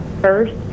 first